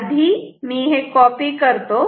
आधी मी हे कॉपी करतो